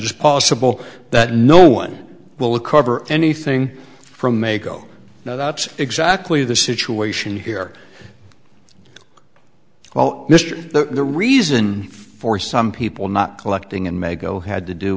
is possible that no one will cover anything from make oh no that's exactly the situation here well mr the reason for some people not collecting and may go had to do